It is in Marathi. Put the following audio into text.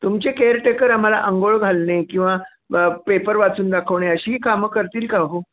तुमचे केअरटेकर आम्हाला आंघोळ घालणे किंवा पेपर वाचून दाखवणे अशीही कामं करतील का हो